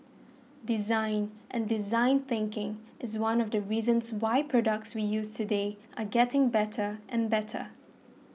design and design thinking is one of the reasons why products we use today are getting better and better